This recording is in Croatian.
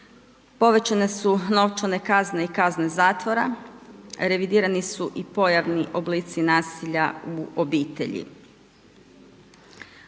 Povećane su novčane kazne i kazne zatvora, revidirani su i pojavni oblici nasilja u obitelji.